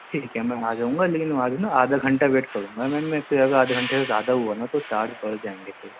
ٹھیک ہے میں آ جاؤں گا لیکن وہاں جو ہے نا آدھا گھنٹہ ویٹ کروں گا میم میں پھر اگر آدھے گھنٹے سے زیادہ ہوا نا تو چارج بڑھ جائیں گے پھر